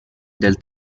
del